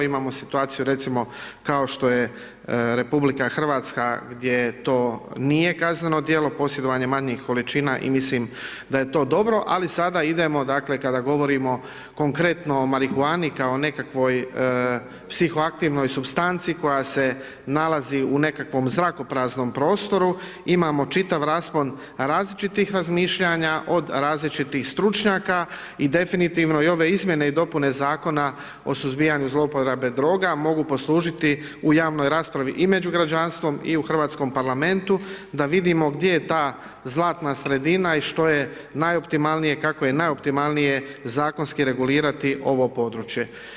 Imamo situaciju recimo kao što je RH gdje to nije kazneno djelo, posjedovanje manjih količina, i mislim da je to dobro, ali sada idemo, dakle, kada govorimo konkretno o marihuani, kao nekakvoj psihoaktivnoj supstanci koja se nalazi u nekakvom zrakopraznom prostoru, imamo čitav raspon različitih razmišljanja od različitih stručnjaka i definitivno i ove izmjene i dopune Zakona o suzbijanju zlouporabe droga mogu poslužiti u javnoj raspravi i među građanstvom i u hrvatskom Parlamentu, da vidimo gdje je ta zlatna sredina i što je najoptimalnije, kako je najoptimalnije zakonski regulirati ovo područje.